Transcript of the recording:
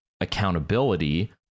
accountability